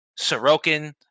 Sorokin